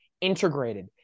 integrated